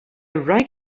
right